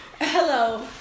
Hello